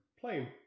Plain